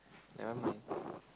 ya I mean